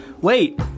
wait